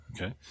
Okay